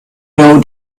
know